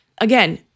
again